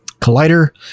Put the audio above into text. Collider